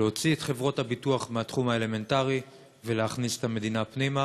להוציא את חברות הביטוח מהתחום האלמנטרי ולהכניס את המדינה פנימה.